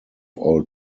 all